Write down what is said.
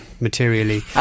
materially